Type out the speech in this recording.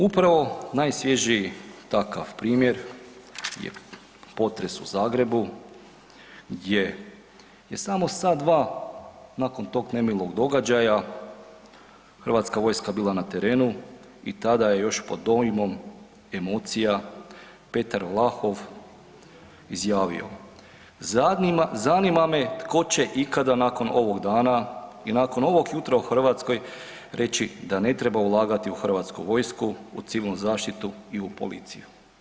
Upravo najsvježiji takav primjer je potres u Zagrebu gdje je samo sat-dva nakon tog nemilog događaja, Hrvatska vojska bila na terenu i tada je još pod dojmom emocija Petar Vlahov izjavio „zanima me tko će ikada nakon ovog dana i nakon ovog jutra u Hrvatskoj reći da ne treba ulagati u Hrvatsku vojsku, u civilnu zaštitu i u policiju“